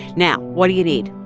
now, what do you need?